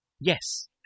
yes